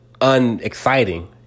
unexciting